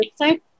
website